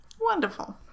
Wonderful